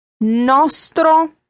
Nostro